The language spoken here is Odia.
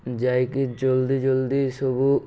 ଜଲଦି ଜଲଦି ସବୁ